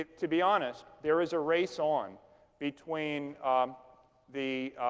to be honest, there is a race on between the